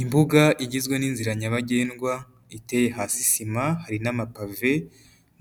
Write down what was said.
Imbuga igizwe n'inzira nyabagendwa iteye hasi sima hari n'amapave